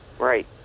Right